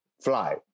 fly